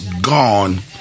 gone